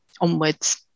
onwards